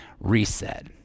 reset